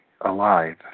alive